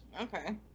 Okay